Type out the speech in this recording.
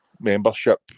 membership